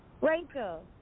Rachel